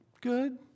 Good